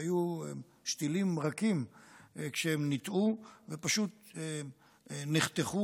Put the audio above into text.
הם היו שתילים קטנים כשהם ניטעו ופשוט נחתכו,